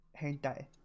hentai